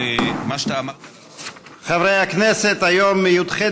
מאת חבר הכנסת איתן ברושי.